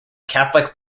catholic